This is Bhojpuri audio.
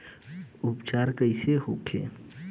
उपचार कईसे होखे?